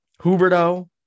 Huberto